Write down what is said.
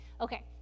Okay